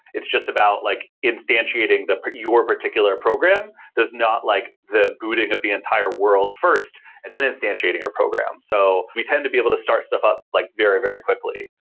it's just about like instantiating your particular program. there's not like the booting of the entire world first and then instantiating your program. so we tend to be able to start stuff up like very, very quickly,